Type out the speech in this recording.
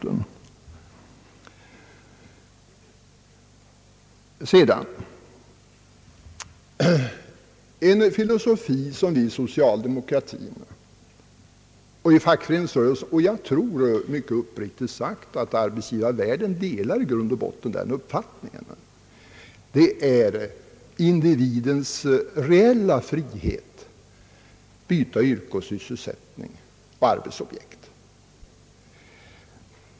En filosofi som vi inom socialdemokratin och fackföreningsrörelsen har — och jag tror uppriktigt sagt att arbetsgivarvärlden i grund och botten delar den — är att vi hävdar individens reella frihet att byta yrke, sysselsättning och arbetsobjekt.